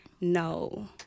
no